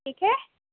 ٹھیک ہے